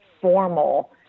formal